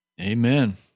Amen